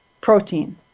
protein